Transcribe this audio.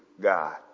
God